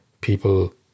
People